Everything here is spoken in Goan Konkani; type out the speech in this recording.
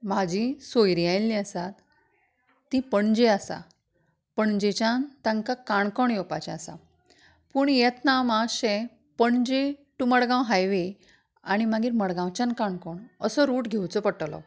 म्हाजी सोयरीं आयल्लीं आसा तीं पणजे आसा पणजेच्यान तांकां काणकोण येवपाचें आसा पूण येतना मातशें पणजे टू मडगांव हायवे आनी मागीर मडगांवच्यान काणकोण असो रूट घेवचो पडटलो